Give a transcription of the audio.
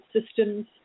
systems